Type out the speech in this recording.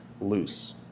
loose